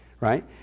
right